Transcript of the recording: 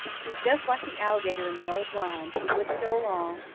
he's just like the alligator in the old rhyme, who wouldn't go along,